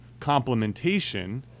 complementation